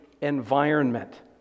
environment